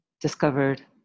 discovered